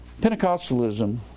Pentecostalism